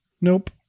nope